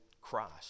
Christ